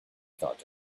thought